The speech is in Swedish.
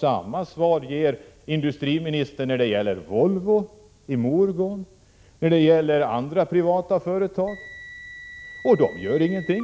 Samma svar ger industriministern när det gäller Volvo och andra privata företag, men de gör ingenting